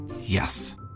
Yes